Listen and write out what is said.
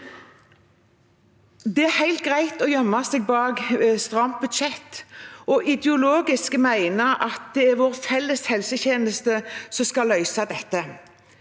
Det er helt greit å gjemme seg bak et stramt budsjett og ideologisk å mene at det er vår felles helsetjeneste som skal løse dette,